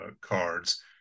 cards